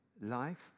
life